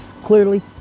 clearly